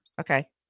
Okay